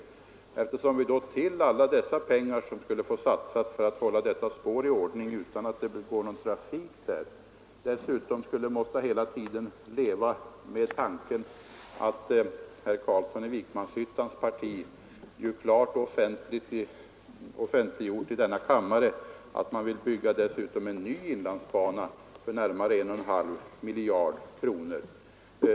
Det skulle innebära att vi förutom att satsa pengar för att hålla detta spår i ordning utan att det går någon trafik på det hela tiden måste leva med tanken att herr Carlssons parti klart offentliggjort i denna kammare att man dessutom vill bygga en ny inlandsbana för närmare en och en halv miljard kronor.